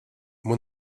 moi